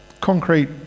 concrete